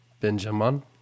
Benjamin